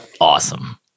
awesome